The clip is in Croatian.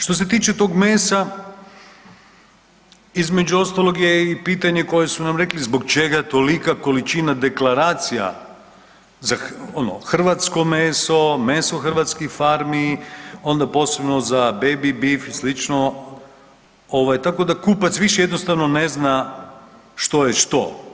Što se tiče tog mesa, između ostalog je i pitanje koje su nam rekli zbog čega tolika količina deklaracija, ono hrvatsko meso, meso hrvatskih farmi, onda posebno za Baby Beef i slično, ovaj tako da kupac više jednostavno ne zna što je što.